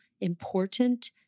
important